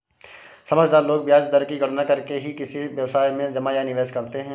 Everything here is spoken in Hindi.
समझदार लोग ब्याज दर की गणना करके ही किसी व्यवसाय में जमा या निवेश करते हैं